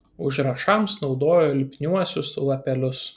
užrašams naudojo lipniuosius lapelius